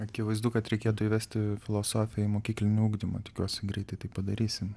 akivaizdu kad reikėtų įvesti filosofiją į mokyklinį ugdymą tikiuosi greitai tai padarysim